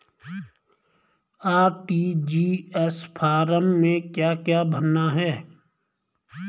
RTGS form में क्या क्या भरना है?